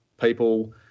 people